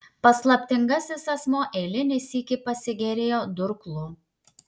paslaptingasis asmuo eilinį sykį pasigėrėjo durklu